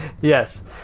yes